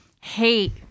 hate